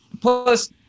Plus